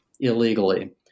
illegally